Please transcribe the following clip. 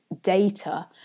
data